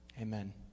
Amen